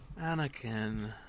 Anakin